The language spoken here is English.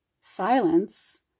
silence